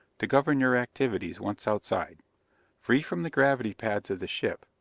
to govern your activities, once outside free from the gravity pads of the ship,